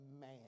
Man